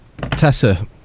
Tessa